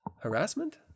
Harassment